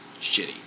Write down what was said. shitty